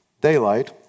daylight